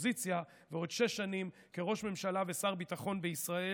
אופוזיציה ועוד שש שנים כראש ממשלה ושר ביטחון בישראל,